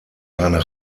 seiner